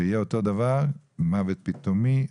שאותו הדבר יהיה לגבי מוות פתאומי,